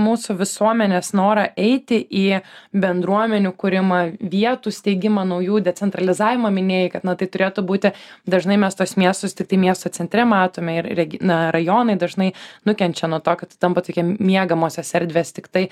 mūsų visuomenės norą eiti į bendruomenių kūrimą vietų steigimą naujų decentralizavimą minėjai kad na tai turėtų būti dažnai mes tuos miestus tiktai miesto centre matome ir reg na rajonai dažnai nukenčia nuo to kad tampa tokie miegamosios erdvės tiktai